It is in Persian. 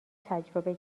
تجربه